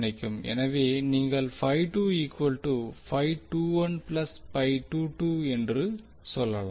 எனவே நீங்கள் என்று சொல்லலாம்